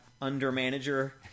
under-manager